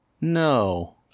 no